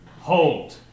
Hold